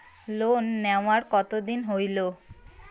Loan নেওয়ার কতদিন হইল?